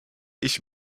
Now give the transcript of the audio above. ich